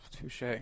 Touche